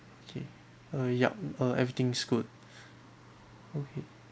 okay uh yup uh everything's good okay